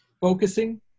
Focusing